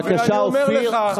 מה עשיתם, בבקשה, אופיר.